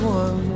one